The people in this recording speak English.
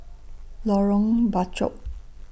Lorong Bachok